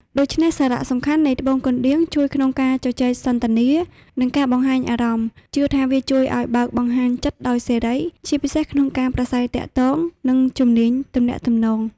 ដូច្នេះសារសំខាន់នៃត្បូងកណ្ដៀងជួយក្នុងការជជែកសន្ទនា និងការបង្ហាញអារម្មណ៍ ជឿថាវាជួយឲ្យបើកបង្ហាញចិត្តដោយសេរី ជាពិសេសក្នុងការប្រាស្រ័យទាក់ទង និងជំនាញទំនាក់ទំនង។